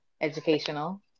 educational